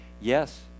yes